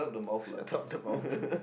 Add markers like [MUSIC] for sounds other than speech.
[BREATH] yeah chop their mouth